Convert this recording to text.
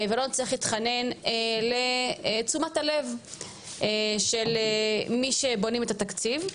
ולא נצטרך להתחנן לתשומת הלב של מי שבונים את התקציב.